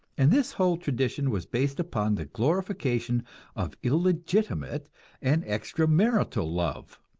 and this whole tradition was based upon the glorification of illegitimate and extra-marital love.